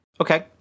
Okay